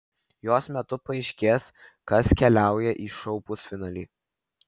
jos metu paaiškės kas keliauja į šou pusfinalį